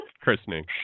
Christening